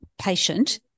patient